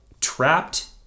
trapped